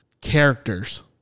characters